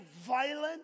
violent